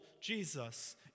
Jesus